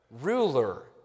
ruler